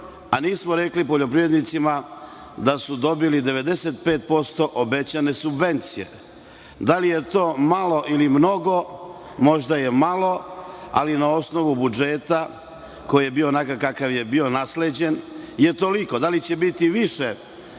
a nismo rekli poljoprivrednicima da su dobili 95% obećane subvencije. Da li je to malo ili mnogo? Možda je malo, ali na osnovu budžeta koji je bio onakav kakav je bio nasleđen je toliko. Da li će biti više